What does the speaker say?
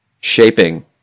shaping